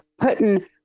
putting